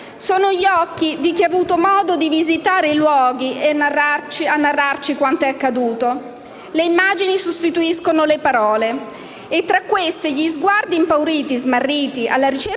Sono gli occhi di chi ha avuto modo di visitare i luoghi a narrarci quanto è accaduto. Le immagini sostituiscono le parole e, tra queste, gli sguardi impauriti e smarriti alla ricerca di una casa